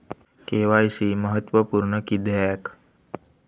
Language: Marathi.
के.वाय.सी महत्त्वपुर्ण किद्याक?